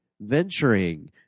venturing